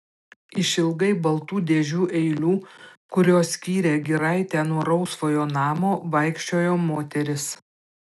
išilgai baltų dėžių eilių kurios skyrė giraitę nuo rausvojo namo vaikščiojo moteris